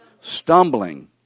stumbling